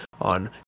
on